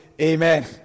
Amen